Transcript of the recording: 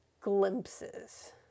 glimpses